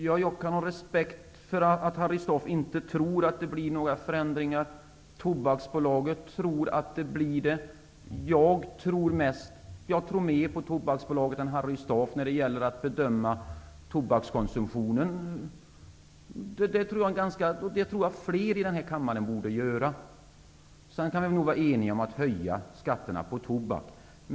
Herr talman! Jag har respekt för att Harry Staaf inte tror att det blir några förändringar. Tobaksbolaget tror att det blir det. Jag tror mer på Tobaksbolaget än på Harry Staaf när det gäller att bedöma tobakskonsumtionen. Det tycker jag att flera här i kammaren borde göra. Sedan kan vi nog vara eniga om att höja skatterna på tobak.